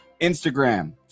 Instagram